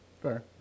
Fair